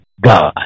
God